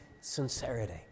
sincerity